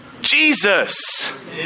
Jesus